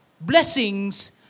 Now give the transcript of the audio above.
blessings